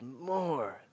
more